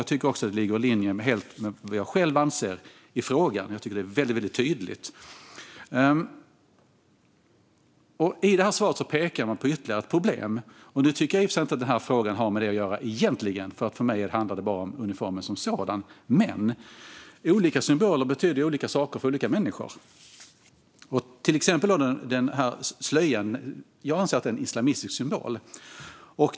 Jag tycker också att det ligger helt i linje med vad jag själv anser i frågan. I svaret pekar man på ytterligare ett problem som jag egentligen inte tycker har med den här frågan att göra - för mig handlar det bara om uniformen som sådan. Men olika symboler betyder ju olika saker för olika människor. Jag anser till exempel att slöjan är en islamistisk symbol.